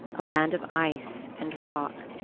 a land of ice and rock.